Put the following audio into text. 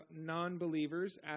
non-believers